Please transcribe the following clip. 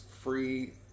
Free